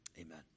amen